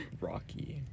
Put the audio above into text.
Rocky